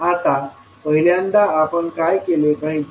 आता पहिल्यांदा आपण काय केले पाहिजे